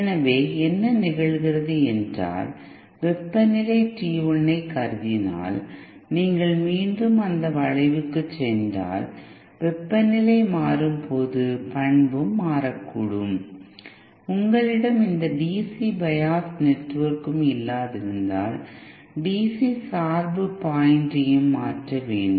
எனவே என்ன நிகழ்கிறது என்றால் வெப்பநிலை T 1 ஐக் கருதினால் நீங்கள் மீண்டும் அதே வளைவுக்குச் சென்றால் வெப்பநிலை மாறும்போது பண்பும் மாறக்கூடும் உங்களிடம் எந்த டிசி பயாஸ் நெட்வொர்க்கும் இல்லாதிருந்தால் டிசி சார்பு பாயிண்டையும் மாற்ற வேண்டும்